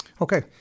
Okay